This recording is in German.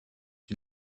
die